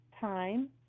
time